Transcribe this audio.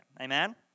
Amen